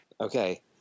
Okay